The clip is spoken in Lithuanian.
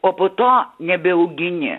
o po to nebeaugini